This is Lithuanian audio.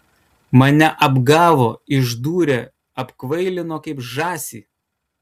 mane apgavo išdūrė apkvailino kaip žąsį